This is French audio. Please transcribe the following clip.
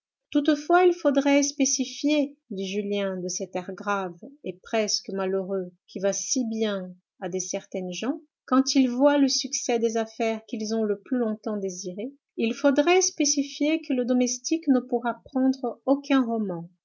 toutefois il faudrait spécifier dit julien de cet air grave et presque malheureux qui va si bien à de certaines gens quand ils voient le succès des affaires qu'ils ont le plus longtemps désirées il faudrait spécifier que le domestique ne pourra prendre aucun roman